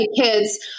kids